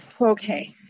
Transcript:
okay